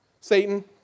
Satan